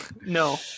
No